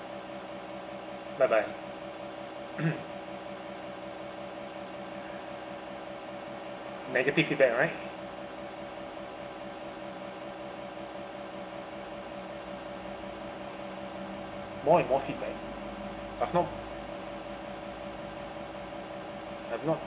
bye bye negative feedback right more and more feedback I've not I've not